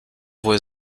wohl